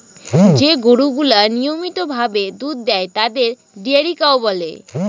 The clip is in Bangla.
যে গরুগুলা নিয়মিত ভাবে দুধ দেয় তাদের ডেয়ারি কাউ বলে